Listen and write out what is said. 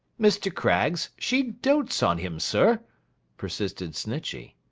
mr. craggs, she dotes on him, sir persisted snitchey.